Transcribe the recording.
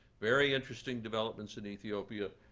very interesting developments in ethiopia.